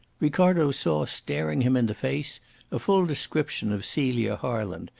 ricardo saw staring him in the face a full description of celia harland,